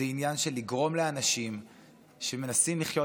זה עניין של לגרום לאנשים שמנסים לחיות